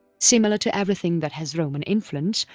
similar to everything that has roman influence,